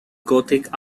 gothic